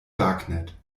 darknet